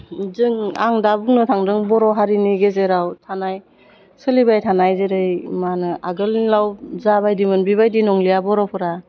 जों आं दा बुंनो थांदों बर' हारिनि गेजेराव थानाय सोलिबाय थानाय जेरै मा होनो आगोलाव जाबायदिमोन बेबायदि नंलिया बर'फोरा